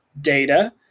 data